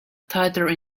tighter